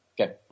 Okay